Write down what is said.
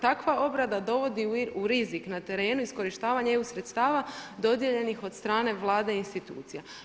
Takva obrada dovodi u rizik na terenu iskorištavanje EU sredstva dodijeljenih od strane Vlade i institucija.